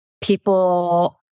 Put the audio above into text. people